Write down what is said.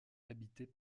habitée